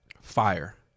Fire